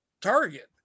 target